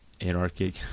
anarchic